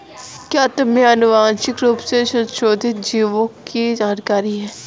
क्या तुम्हें आनुवंशिक रूप से संशोधित जीवों की जानकारी है?